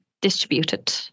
distributed